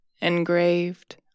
engraved